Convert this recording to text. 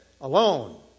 alone